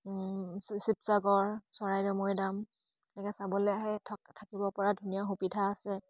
শিৱসাগৰ চৰাইদেউ মৈদাম তেনেকৈ চাবলৈ আহে থকা থাকিব পৰা ধুনীয়া সুবিধা আছে